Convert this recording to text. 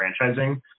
franchising